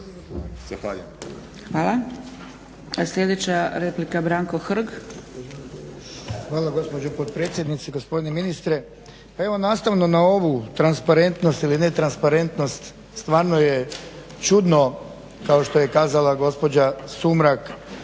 Hvala. Sljedeća replika Branko Hrg. **Hrg, Branko (HSS)** Hvala gospođo potpredsjednice, gospodine ministre. Pa evo nastavno na ovu transparentnost ili netransparentnost stvarno je čudno kao što je kazala gospođa Sumrak